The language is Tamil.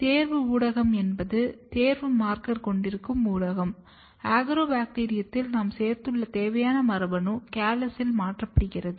தேர்வு ஊடகம் என்பது தேர்வு மார்க்கர் கொண்டிருக்கும் ஊடகம் அக்ரோபாக்டீரியத்தில் நாம் சேர்த்துள்ள தேவையான மரபணு கேலஸில் மாற்றப்படுகிறது